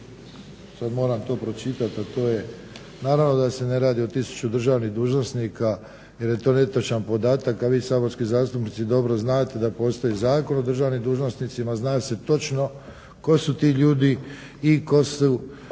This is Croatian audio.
Sad moram to pročitati, a to je naravno da se ne radi o 1000 državnih dužnosnika jer je to netočan podatak a vi saborski zastupnici dobro znate da postoji Zakon o državnim dužnosnicima, zna se točno tko su ti ljudi i tko su